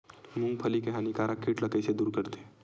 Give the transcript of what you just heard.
मूंगफली के हानिकारक कीट ला कइसे दूर करथे?